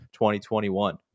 2021